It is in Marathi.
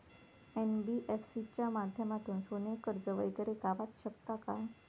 एन.बी.एफ.सी च्या माध्यमातून सोने कर्ज वगैरे गावात शकता काय?